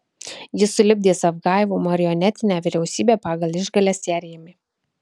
ji sulipdė zavgajevo marionetinę vyriausybę pagal išgales ją rėmė